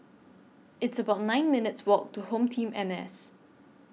It's about nine minutes' Walk to HomeTeam N S